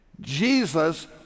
Jesus